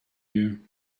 you